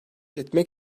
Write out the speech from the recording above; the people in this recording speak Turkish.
etmek